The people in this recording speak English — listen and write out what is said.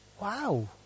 Wow